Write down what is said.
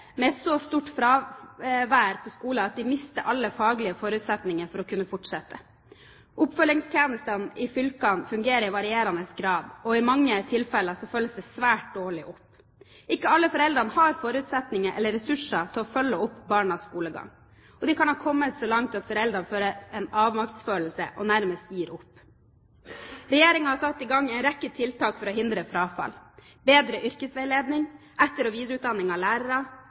med et så stort fravær på skolen at de mister alle faglige forutsetninger for å kunne fortsette. Oppfølgingstjenestene i fylkene fungerer i varierende grad, og i mange tilfeller følges det svært dårlig opp. Ikke alle foreldre har forutsetninger for eller ressurser til å følge opp barnas skolegang, og det kan ha kommet så langt at foreldrene har en avmaktsfølelse og nærmest gir opp. Regjeringen har satt i gang en rekke tiltak for å hindre frafall: Bedre yrkesveiledning, etter- og videreutdanning av lærere,